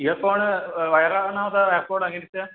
earphone വയറാണാ അതോ AirPod അങ്ങനത്തെയാണോ